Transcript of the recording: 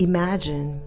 Imagine